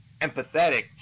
empathetic